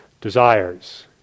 desires